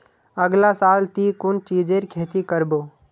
अगला साल ती कुन चीजेर खेती कर्बो